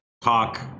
talk